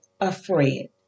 afraid